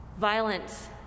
violence